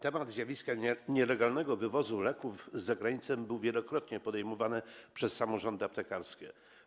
Temat zjawiska nielegalnego wywozu leków za granicę był wielokrotnie podejmowany przez samorządy aptekarskie.